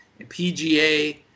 PGA